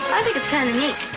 i think it's kind of neat.